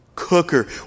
cooker